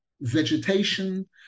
vegetation